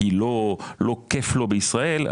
כי לא כיף לו בישראל,